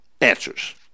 answers